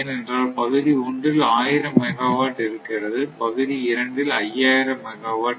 ஏனென்றால் பகுதி ஒன்றில் 1000 மெகாவாட் இருக்கிறது பகுதி இரண்டில் 5000 மெகாவாட் இருக்கிறது